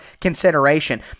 consideration